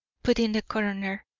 put in the coroner.